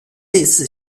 类似